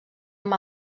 amb